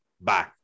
Bye